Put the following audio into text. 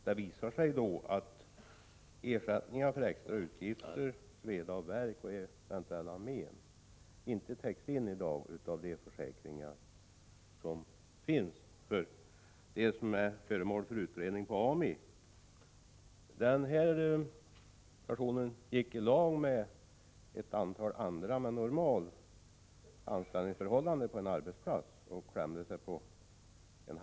Det visade sig då att ersättning för extra utgifter, sveda och värk och eventuella men i dag inte betalas via de försäkringar som finns för dem som är föremål för utbildning på AMI. Den person det gäller arbetade vid det här tillfället, då han klämde den ena handen, i ett lag tillsammans med ett antal andra personer, som hade normal anställning på sin arbetsplats.